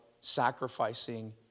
sacrificing